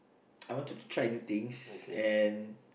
I wanted to try new things and